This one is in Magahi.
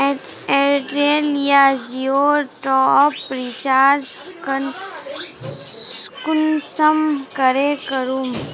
एयरटेल या जियोर टॉपअप रिचार्ज कुंसम करे करूम?